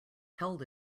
held